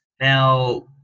Now